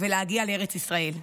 ולהגיע לארץ ישראל.